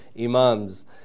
Imams